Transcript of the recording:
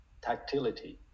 tactility